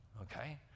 okay